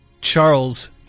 Charles